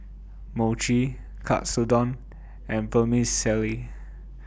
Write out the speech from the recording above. Mochi Katsudon and Vermicelli